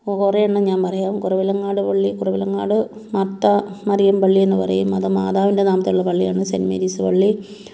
കുറെ എണ്ണം ഞാൻ പറയാം കുറവിലങ്ങാട് പള്ളി കുറവിലങ്ങാട് മർത്താമറിയം പള്ളി എന്ന് പറയും അത് മാതാവിൻ്റെ നാമത്തിലുള്ള പള്ളിയാണ് സെൻറ്റ് മേരീസ് പള്ളി